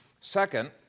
Second